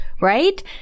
right